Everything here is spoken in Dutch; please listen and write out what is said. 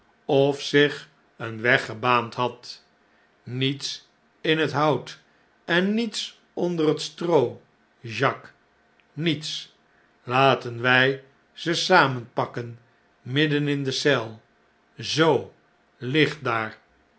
of zich een weg gebaand had niets in het hout en niets onder het stroo jacques niets laten wy zesamenpakken midden in de eel zoo licht daar